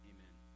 Amen